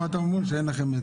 אז אתם אומרים שאין לכם...